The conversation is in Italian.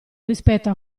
rispetto